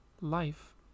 life